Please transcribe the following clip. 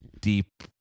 deep